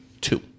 two